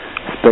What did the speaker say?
Space